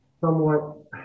somewhat